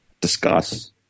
discuss